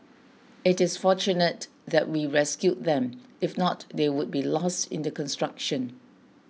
it is fortunate that we rescued them if not they would be lost in the construction